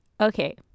Okay